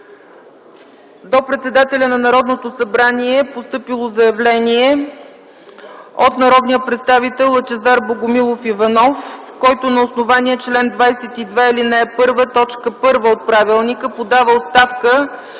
До председателя на Народното събрание е постъпило заявление от народния представител Лъчезар Богомилов Иванов, който на основание чл. 22, ал. 1, т. 1 от Правилника подава оставка